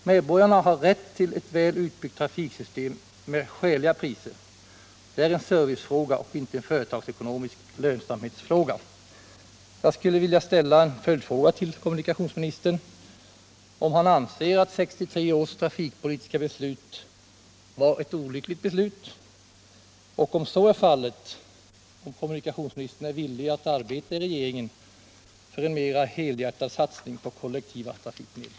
Medborgarna har rätt till ett väl utbyggt trafiksystem med skäliga priser. Det är en servicefråga och inte en företagsekonomisk lönsamhetsfråga. Jag skulle vilja ställa två följdfrågor till kommunikationsministern: Anser kommunikationsministern att 1963 års trafikpolitiska beslut var ett olyckligt beslut? Och om så är fallet: Är kommunikationsministern villig att arbeta i regeringen för en mera helhjärtad satsning på kollektiva trafikmedel?